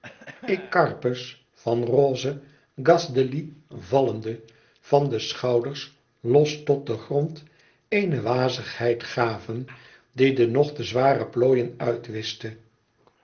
van roze gaze delys vallende van de schouders los tot den grond eene wazigheid gaven die de nog te zware plooien